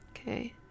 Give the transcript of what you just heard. okay